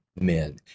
men